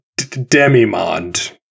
Demimond